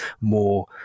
more